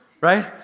right